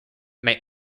may